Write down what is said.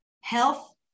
health